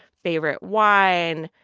favorite wine.